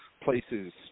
places